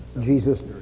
Jesus